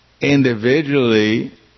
individually